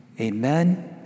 Amen